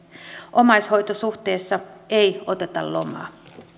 omaishoitosuhteessa ei oteta lomaa